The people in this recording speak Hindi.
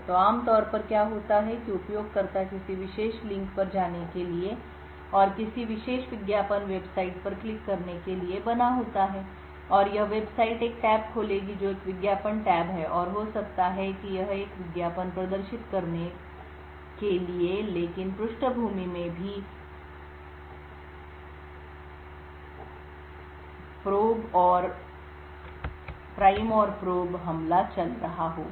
तो आम तौर पर क्या होता है कि उपयोगकर्ता किसी विशेष लिंक पर जाने के लिए और किसी विशेष विज्ञापन वेबसाइट पर क्लिक करने के लिए बना होता है और यह वेबसाइट एक टैब खोलेगी जो एक विज्ञापन टैब है और हो सकता है कि यह एक विज्ञापन प्रदर्शित करे लेकिन पृष्ठभूमि में भी प्रधानमंत्री और जांच हमला चल रहा होगा